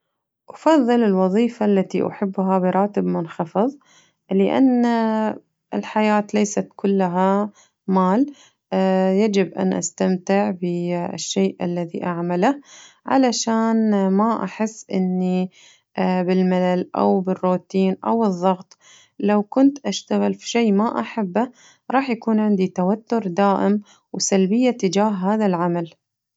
أفضل الوظيفة التي أحبها براتب منخفض لأن الحياة ليست كلها مال يجب أن أستمتع بالشيء الذي أعمله علشان ما أحس إني بالملل أو بالروتين أو الظغط لو كنت أشتغل بشي ما أحبه رح يكون عندي توتر دائم وسلبية تجاه هذا العمل.